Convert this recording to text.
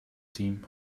team